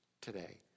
today